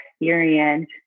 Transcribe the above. experience